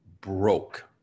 broke